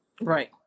Right